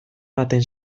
baten